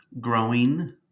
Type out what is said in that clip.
growing